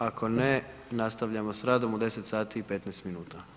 Ako ne, nastavljamo s radom u 10 sati i 15 minuta.